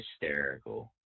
hysterical